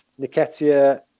Niketia